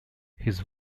his